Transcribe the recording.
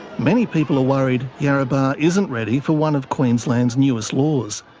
many people are worried yarrabah isn't ready for one of queensland's newest laws.